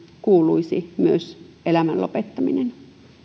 kuuluisi myös elämän lopettaminen esimerkiksi